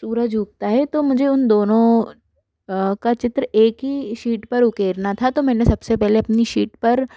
सूरज उगता है तो मुझे उन दोनों का चित्र एक ही शीट पर उकेरना था तो मैंने सब से पहले अपनी शीट पर